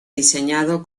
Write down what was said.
diseñado